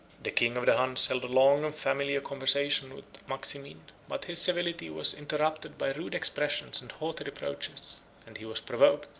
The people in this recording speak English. the king of the huns held a long and familiar conversation with maximin but his civility was interrupted by rude expressions and haughty reproaches and he was provoked,